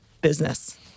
business